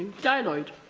dai lloyd